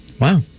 Wow